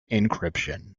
encryption